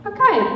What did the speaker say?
Okay